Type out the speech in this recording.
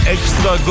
Extra